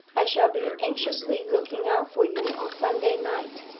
i shall be anxiously looking out for you on sunday night.